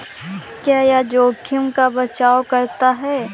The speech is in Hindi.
क्या यह जोखिम का बचाओ करता है?